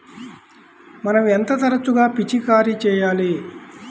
మనం ఎంత తరచుగా పిచికారీ చేయాలి?